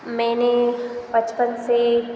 मैंने बचपन से